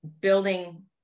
building